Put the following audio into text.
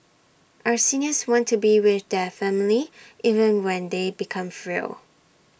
our seniors want to be with their family even when they become frail